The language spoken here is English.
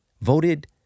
voted